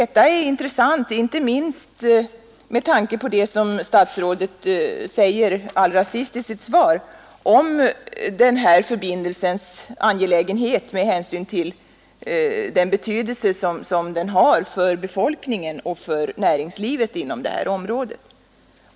Detta är intressant inte minst med tanke på det som statsrådet säger allra sist i sitt svar om förbindelsens angelägenhet med hänsyn till den betydelse den har för befolkningen och för näringslivet inom detta område.